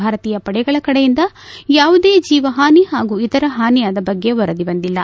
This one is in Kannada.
ಭಾರತೀಯ ಪಡೆಗಳ ಕಡೆಯಿಂದ ಯಾವುದೇ ಜೀವಹಾನಿ ಹಾಗೂ ಇತರೆ ಹಾನಿಯಾದ ಬಗ್ಗೆ ವರದಿ ಬಂದಿಲ್ಲ